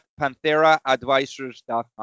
PantheraAdvisors.com